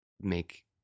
make